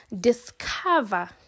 discover